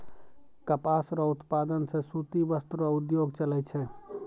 कपास रो उप्तादन से सूती वस्त्र रो उद्योग चलै छै